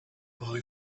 boy